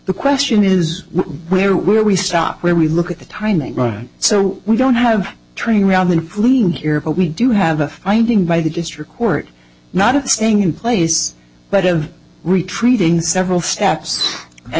the question is where will we stop where we look at the timing right so we don't have training around including here but we do have a finding by the district court not staying in place but of retreating several st